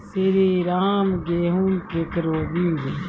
श्रीराम गेहूँ केरो बीज?